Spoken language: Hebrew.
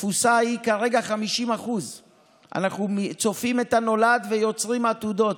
התפוסה היא כרגע 50%. אנחנו צופים את הנולד ויוצרים עתודות,